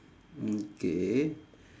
mm K